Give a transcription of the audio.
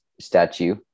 statue